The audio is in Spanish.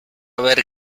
ver